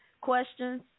questions